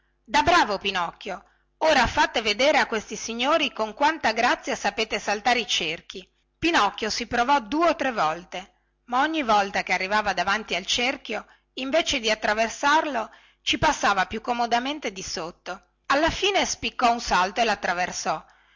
da bravo pinocchio ora farete vedere a questi signori con quanta grazia sapete saltare i cerchi pinocchio si provò due o tre volte ma ogni volta che arrivava davanti al cerchio invece di attraversarlo ci passava più comodamente di sotto alla fine spiccò un salto e lattraversò